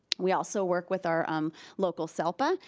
we also work with our um local selpa,